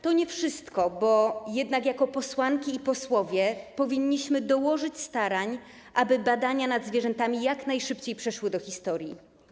To nie wszystko, bo jednak jako posłanki i posłowie powinniśmy dołożyć starań, aby badania nad zwierzętami jak najszybciej przeszły do historii.